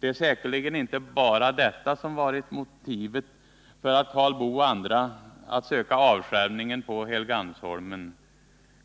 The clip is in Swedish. Det är säkerligen inte bara detta som varit motivet för Karl Boo och andra att söka avskärmningen på Helgeandsholmen: